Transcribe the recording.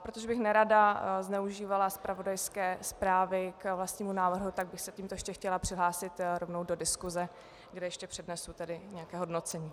Protože bych nerada zneužívala zpravodajské zprávy k vlastnímu návrhu, tak bych se tímto ještě chtěla přihlásit rovnou do diskuse, kde ještě přednesu nějaké hodnocení.